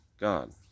God